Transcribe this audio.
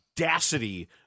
audacity